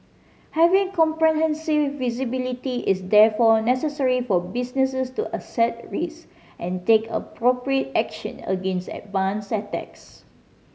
having comprehensive visibility is therefore necessary for businesses to assess risk and take appropriate action against advanced attacks